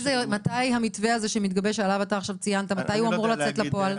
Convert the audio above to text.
המתווה המדובר אמור לצאת לפועל?